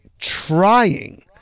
trying